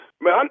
Man